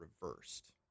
reversed